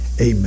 Amen